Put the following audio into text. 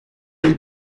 bir